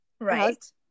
right